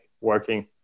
working